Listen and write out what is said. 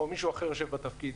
או מישהו אחר יושב בתפקיד.